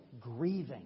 grieving